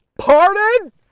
Pardon